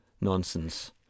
nonsense